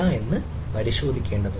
അത് പരിശോധിക്കേണ്ടതുണ്ട്